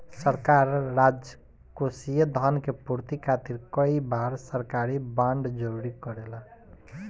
सरकार राजकोषीय धन के पूर्ति खातिर कई बार सरकारी बॉन्ड जारी करेला